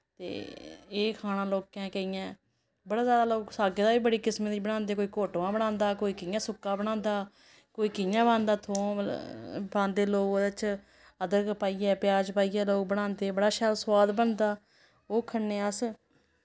ते एह् खाना लोकें केइयें बड़ा ज्यादा लोग साग्गे दा बी बड़ी किसमें दा बनांदे कोई घोटमां बनांदा कोई कि'यां सुक्का बनांदा कोई कियां पांदा थोम पांदे लोग ओह्दे च अदरक पाइयै प्याज पाइयै लोक बनांदे बड़ा शैल सोआद बनदा ओह् खन्ने अस